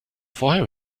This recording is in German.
vorher